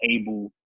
able